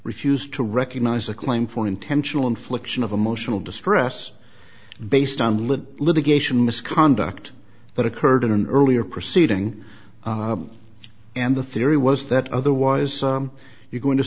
refused to recognize a claim for intentional infliction of emotional distress based on little litigation misconduct that occurred in an earlier proceeding and the theory was that otherwise you're going to